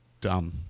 Dumb